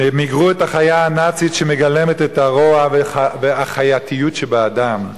שמיגרו את החיה הנאצית שמגלמת את הרוע והחייתיות שבאדם,